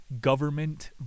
Government